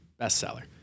bestseller